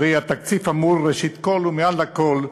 שהרי התקציב אמור, ראשית כול ומעל לכול,